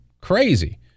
Crazy